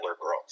growth